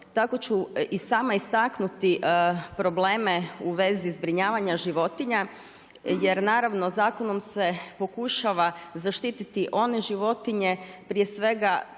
Tako ću i sama istaknuti probleme u vezi zbrinjavanja životinja, jer naravno, zakonom se pokušava zaštiti one životinje, prije svega